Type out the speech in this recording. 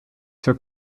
für